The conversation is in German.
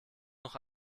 noch